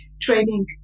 training